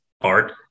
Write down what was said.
art